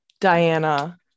Diana